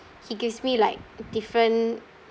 he gives me like different